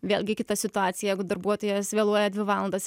vėlgi kita situacija jeigu darbuotojas vėluoja dvi valandas